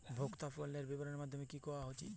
ভোক্তা পণ্যের বিতরণের মাধ্যম কী হওয়া উচিৎ?